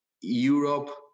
Europe